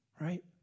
Right